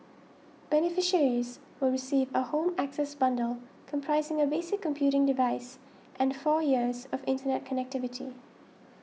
beneficiaries will receive a Home Access bundle comprising a basic computing device and four years of internet connectivity